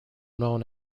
known